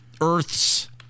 Earth's